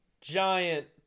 giant